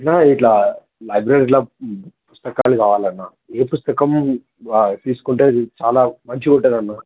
ఇ ఇలా లైబ్రరీలో పుస్తకాలు కావాలన్న ఏ పుస్తకం తీసుకుంటే చాలా మంచిగుంటదన్న